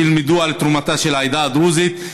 שילמדו על תרומתה של העדה הדרוזית.